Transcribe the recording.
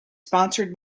sponsored